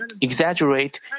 exaggerate